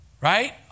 Right